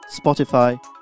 Spotify